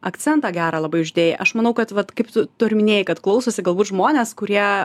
akcentą gerą labai uždėjai aš manau kad vat kaip tu tu ir minėjai kad klausosi galbūt žmonės kurie